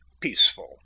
peaceful